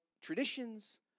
traditions